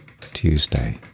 Tuesday